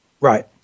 Right